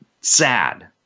Sad